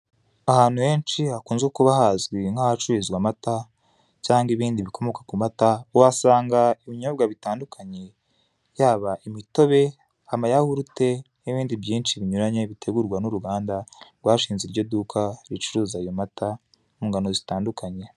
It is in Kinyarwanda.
Ahantu henshi hakinze kuba hanzi nk'ahacuruzwa amata, cyangwa ibindi bikomoka ku mata wasanga ibinyobwa bitandukanye, yaba imitone amayahurute n'ibindi byinshi bitandukanye botegurwa n'uruganda rwashinze iryo duka mu ngano zitandukanye.